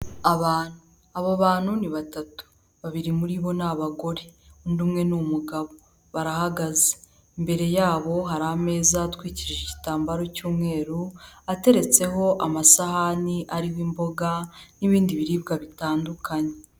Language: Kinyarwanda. Abantu, aba bantu ni batatu, babiri muri bo ni abagore, undi umwe ni umugabo barahagaze, imbere yabo hari ameza atwikije igitambaro cy'umweru, ateretseho amasahani arimo imboga n'ibindi biribwa bitandukanye.